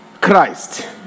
Christ